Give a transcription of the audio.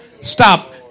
stop